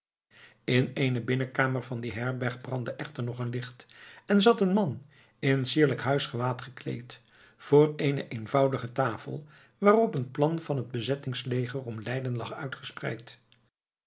in eene binnenkamer van die herberg brandde echter nog licht en zat een man in sierlijk huisgewaad gekleed voor eene eenvoudige tafel waarop een plan van het bezettingsleger om leiden lag uitgespreid